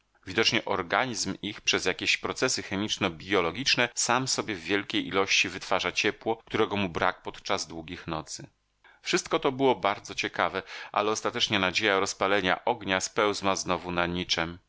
widocznie organizm ich przez jakieś procesy chemiczno bijologiczne sam sobie w wielkiej ilości wytwarza ciepło którego mu brak podczas długich nocy wszystko to było bardzo ciekawe ale ostatecznie nadzieja rozpalenia ognia spełzła znowu na niczem